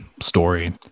story